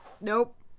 Nope